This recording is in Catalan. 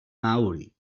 mauri